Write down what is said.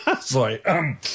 Sorry